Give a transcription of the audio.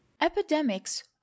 epidemics